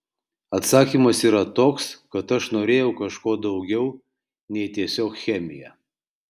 atsakymas yra toks kad aš norėjau kažko daugiau nei tiesiog chemija